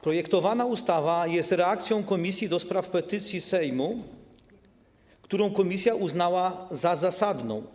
Projektowana ustawa jest reakcją Komisji do Spraw Petycji Sejmu na petycję, którą komisja uznała za zasadną.